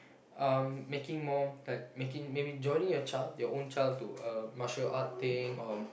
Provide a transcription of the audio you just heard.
uh making more like making maybe joining your child your own child to a martial art thing or